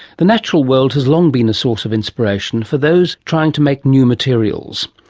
the natural world has long been a source of inspiration for those trying to make new materials.